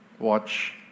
Watch